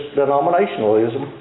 denominationalism